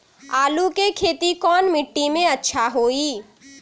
आलु के खेती कौन मिट्टी में अच्छा होइ?